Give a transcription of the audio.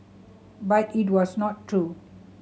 but it was not true